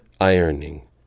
ironing